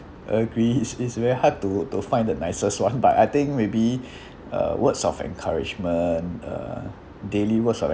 agree it is very hard to to find the nicest one but I think maybe uh words of encouragement uh daily words of